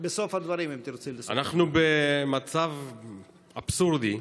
אנחנו במצב אבסורדי,